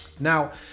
Now